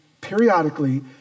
periodically